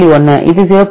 1 இது 0